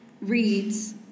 reads